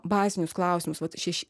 bazinius klausimus vat šeši